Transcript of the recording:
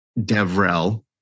DevRel